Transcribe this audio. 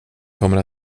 kommer